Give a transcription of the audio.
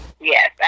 Yes